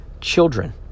children